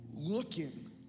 Looking